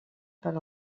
per